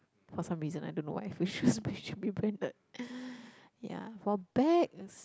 for some reason I don't know why for shoes should be branded ya for bags